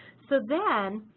so then,